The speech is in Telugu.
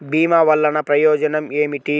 భీమ వల్లన ప్రయోజనం ఏమిటి?